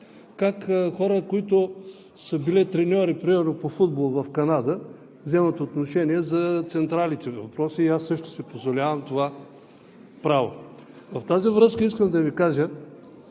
как хора, които са били треньори, примерно по футбол в Канада, вземат отношение за централите и други въпроси и аз също си позволявам това. В тази връзка искам да Ви кажа,